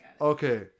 Okay